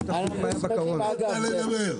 --- תן לה לדבר.